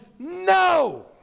No